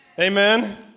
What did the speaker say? Amen